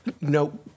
No